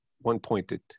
one-pointed